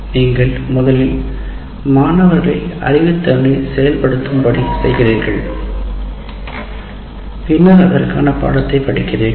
நீங்கள் முதலில் மாணவர்களை அறிவுத்திறனை செயல்படுத்தும்படி செய்கிறீர்கள் பின்னர் அதற்கான பாடத்தை படிக்கிறீர்கள்